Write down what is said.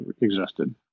existed